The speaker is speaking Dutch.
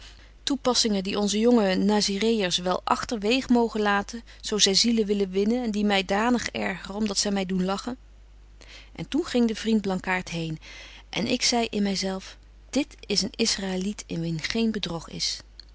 toepassingen die onze jonge nazireërs wel agter weeg mogen laten zo zy zielen willen winnen en die my danig ergeren om dat zy my doen lachen toen ging de vriend blankaart heen en ik zei in my zelf dit is een israëliet in wien geen bedrog is